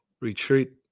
retreat